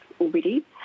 already